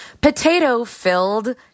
potato-filled